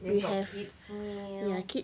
then got kid's meal meal then there's also the